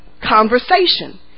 conversation